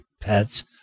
pets